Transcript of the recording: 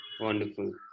Wonderful